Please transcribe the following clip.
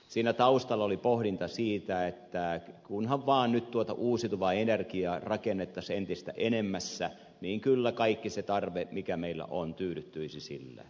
siinä taustalla oli pohdinta siitä että kunhan vaan nyt tuota uusiutuvaa energiaa rakennettaisiin entistä enemmän niin kyllä kaikki se tarve mikä meillä on tyydyttyisi sillä